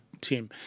team